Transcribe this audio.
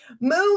Move